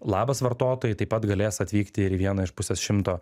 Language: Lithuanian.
labas vartotojai taip pat galės atvykti ir į vieną iš pusės šimto